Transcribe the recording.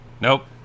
Nope